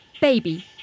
baby